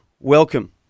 welcome